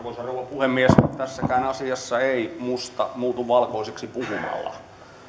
puhemies tässäkään asiassa ei musta muutu valkoiseksi puhumalla